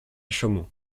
chaumont